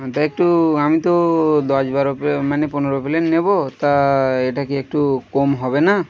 তা একটু আমি তো দশ বারো মানে পনেরো প্লেট নেবো তা এটা কি একটু কম হবে না